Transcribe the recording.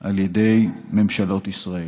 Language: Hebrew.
על ידי ממשלות ישראל,